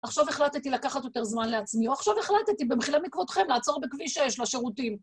עכשיו החלטתי לקחת יותר זמן לעצמי, או עכשיו החלטתי, במחילה מכבודכם, לעצור בכביש שש לשירותים.